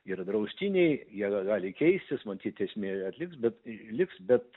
yra draustiniai jie ga gali keistis matyt esmė atliks bet liks bet